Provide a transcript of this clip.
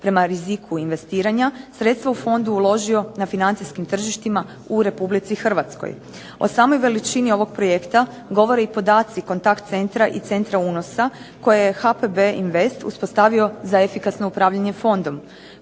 prema riziku investiranja sredstva u fondu uložio na financijskim tržištima u Republici Hrvatskoj. O samoj veličini ovog projekta govore i podaci kontakt centra i centra unose koje je HPB Invest uspostavio za efikasno upravljanje fondom.